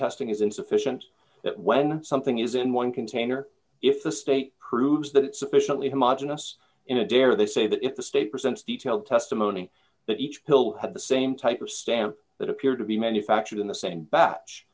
testing is insufficient that when something is in one container if the state proves that sufficiently homogenous in adair they say that if the state presents detailed testimony that each pill had the same type of stamp that appeared to be manufactured in the same batch